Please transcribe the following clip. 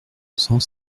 cent